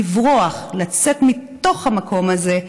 לברוח, לצאת מתוך המקום הזה,